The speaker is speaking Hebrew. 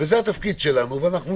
זה התפקיד שלנו ואנחנו